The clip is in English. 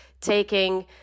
taking